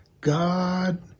God